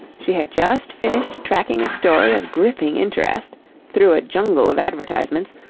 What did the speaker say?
she had just finished tracking a story of gripping interest through a jungle of advertisements,